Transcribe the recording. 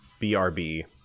BRB